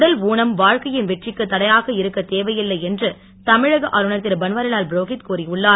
உடல் ஊனம் வாழ்க்கையின் வெற்றிக்கு தடையாக இருக்க தேவையில்லை என்று தமிழக ஆளுநர் திருபன்வாரிலால் புரோகித் கூறியுள்ளார்